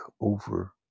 over